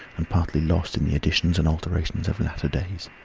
and partly lost in the additions and alterations of latter days.